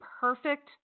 perfect